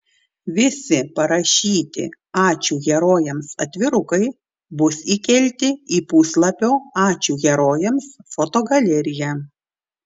visi parašyti ačiū herojams atvirukai bus įkelti į puslapio ačiū herojams fotogaleriją